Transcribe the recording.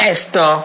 Esto